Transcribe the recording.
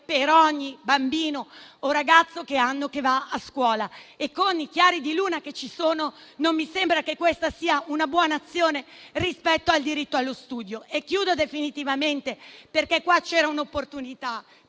per ogni bambino o ragazzo che va a scuola e con i chiari di luna che ci sono non mi sembra che questa sia una buona azione rispetto al diritto allo studio. C'era, infine, un'altra opportunità: